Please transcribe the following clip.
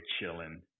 chilling